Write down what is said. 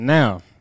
Now